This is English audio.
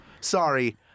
Sorry